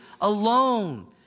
alone